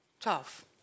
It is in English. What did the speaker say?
tough